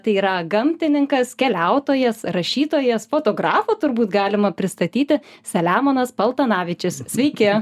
tai yra gamtininkas keliautojas rašytojas fotografu turbūt galima pristatyti selemonas paltanavičius sveiki